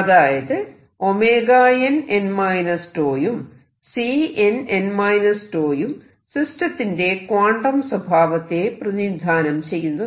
അതായത് nn τ യും Cnn τ യും സിസ്റ്റത്തിന്റെ ക്വാണ്ടം സ്വഭാവത്തെ പ്രതിനിധാനം ചെയ്യുന്നതാണ്